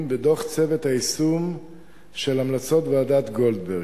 בדוח צוות היישום של המלצות ועדת-גולדברג.